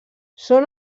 són